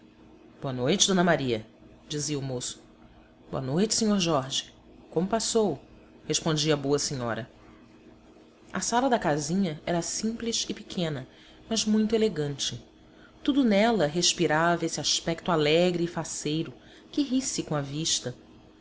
boa noite d maria dizia o moço boa noite sr jorge como passou respondia a boa senhora a sala da casinha era simples e pequena mas muito elegante tudo nela respirava esse aspecto alegre e faceiro que ri-se com a vista